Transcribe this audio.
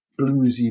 bluesy